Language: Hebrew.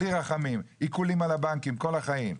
בלי רחמים עיקולים על הבנקים לכל החיים.